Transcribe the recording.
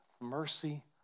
mercy